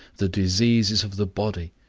the diseases of the body,